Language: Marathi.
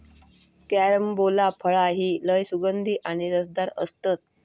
कॅरम्बोला फळा ही लय सुगंधी आणि रसदार असतत